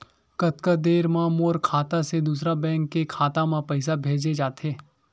कतका देर मा मोर खाता से दूसरा बैंक के खाता मा पईसा भेजा जाथे?